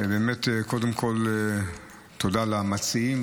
באמת קודם כול תודה למציעים,